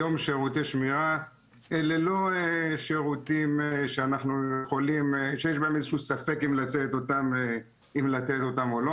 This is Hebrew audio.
היום שירותי שמירה אלה לא שירותים שיש ספק אם לתת אותם או לא.